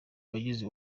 abagize